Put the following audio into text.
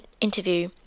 interview